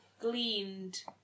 gleaned